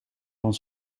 van